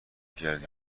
کردی